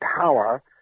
power